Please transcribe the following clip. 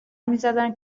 میزدن